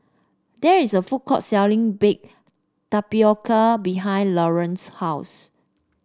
there is a food court selling Baked Tapioca behind Lorrayne's house